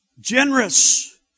Generous